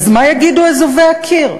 אז מה יגידו אזובי הקיר?